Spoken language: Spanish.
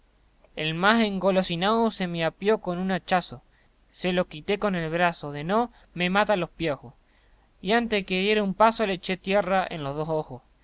el más engolosinao se me apió con un hachazo se lo quité con el brazo de no me mata los piojos y antes de que diera un paso le eché tierra en los dos ojos